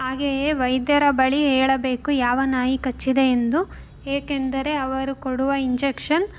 ಹಾಗೆಯೇ ವೈದ್ಯರ ಬಳಿ ಹೇಳಬೇಕು ಯಾವ ನಾಯಿ ಕಚ್ಚಿದೆ ಎಂದು ಏಕೆಂದರೆ ಅವರು ಕೊಡುವ ಇಂಜೆಕ್ಷನ್